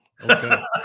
Okay